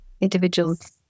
individuals